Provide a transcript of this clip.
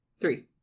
three